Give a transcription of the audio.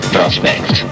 Prospect